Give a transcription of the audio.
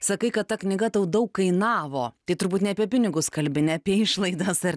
sakai kad ta knyga tau daug kainavo tai turbūt ne apie pinigus kalbi ne apie išlaidas ar